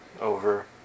over